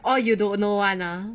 all you don't know [one] ah